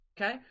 okay